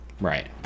right